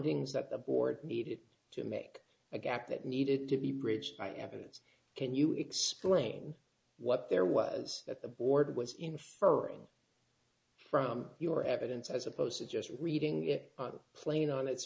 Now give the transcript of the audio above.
findings that the board needed to make a gap that needed to be bridged by evidence can you explain what there was that the board was inferring from your evidence as opposed to just reading it on a plane on its